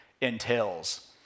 entails